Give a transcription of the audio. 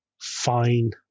fine